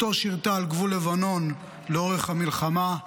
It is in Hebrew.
בתו שירתה על גבול לבנון לאורך המלחמה,